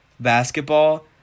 basketball